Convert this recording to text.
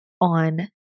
on